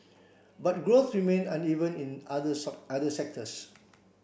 but growth remain uneven in other other sectors